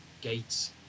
gates